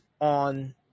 on